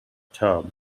tub